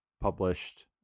published